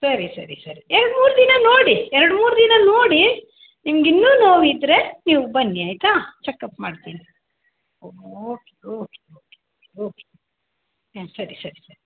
ಸರಿ ಸರಿ ಸರಿ ಎರಡು ಮೂರು ದಿನ ನೋಡಿ ಎರಡು ಮೂರು ದಿನ ನೋಡಿ ನಿಮ್ಗೆ ಇನ್ನು ನೋವಿದ್ದರೆ ನೀವು ಬನ್ನಿ ಆಯಿತಾ ಚೆಕ್ ಅಪ್ ಮಾಡ್ತೀನಿ ಓಕೆ ಓಕೆ ಓಕೆ ಓಕೆ ಹ್ಞೂ ಸರಿ ಸರಿ ಸರಿ ಹಾಂ